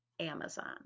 amazon